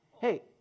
Hey